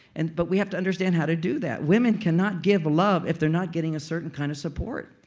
and but we have to understand how to do that. women cannot give love if they're not getting a certain kind of support.